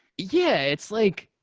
yeah. it's like